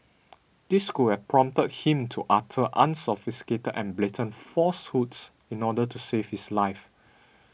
this could have prompted him to utter unsophisticated and blatant falsehoods in order to save his life